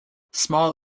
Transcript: small